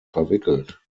verwickelt